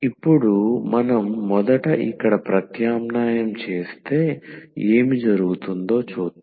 ఇప్పుడు మనం మొదట ఇక్కడ ప్రత్యామ్నాయం చేస్తే ఏమి జరుగుతుందో చూద్దాం